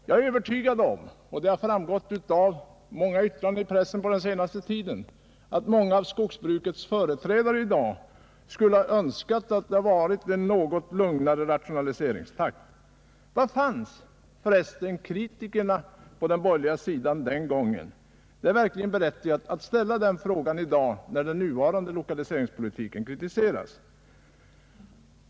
Jag är övertygad om — det har också framgått av många yttranden i pressen på den senaste tiden — att många av skogsbrukets företrädare just nu önskar att det hade varit en något lugnare rationaliseringstakt. Var fanns förresten kritikerna på den borgerliga sidan den gången? Det är verkligen berättigat att ställa den frågan i dag, när den nuvarande lokaliseringspolitiken kritiseras.